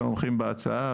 תומכים בהצעה,